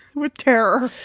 with terror